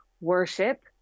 worship